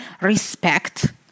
Respect